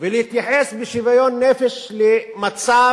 והתחילו להתייחס בשוויון נפש למצב